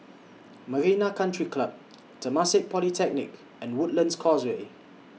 Marina Country Club Temasek Polytechnic and Woodlands Causeway